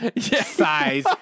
size